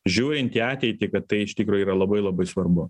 žiūrint į ateitį kad tai iš tikro yra labai labai svarbu